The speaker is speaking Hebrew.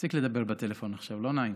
תפסיק לדבר בפלאפון עכשיו, לא נעים.